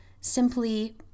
Simply